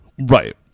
Right